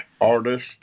artist